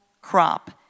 crop